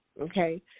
okay